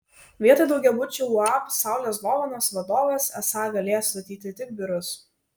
vietoj daugiabučių uab saulės dovanos vadovas esą galės statyti tik biurus